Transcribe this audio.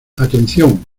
atención